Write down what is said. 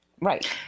Right